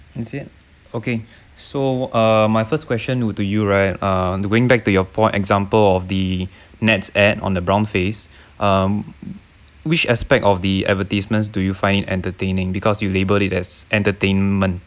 is it okay so err my first question to you right uh going back to your point example of the N_E_T_S ad on the brown face um which aspect of the advertisements do you find it entertaining because you label it as entertainment